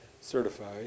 certified